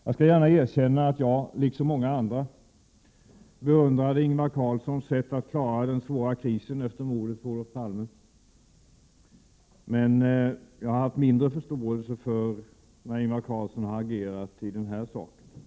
Jag skall gärna erkänna att jag liksom många andra beundrade Ingvar Carlssons sätt att klara den svåra krisen efter mordet på Olof Palme, men jag har haft mindre förståelse för Ingvar Carlssons agerande i den här saken.